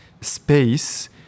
space